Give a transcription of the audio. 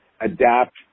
adapt